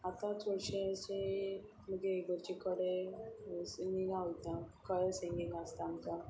आतां चडशें अशें आमच्या इगर्जे कडेन सिंगिंगा वता कोयर सिंगींग आसता आमकां